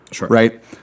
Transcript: Right